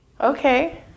Okay